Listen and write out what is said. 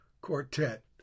quartet